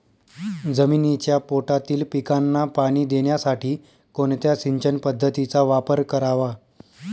जमिनीच्या पोटातील पिकांना पाणी देण्यासाठी कोणत्या सिंचन पद्धतीचा वापर करावा?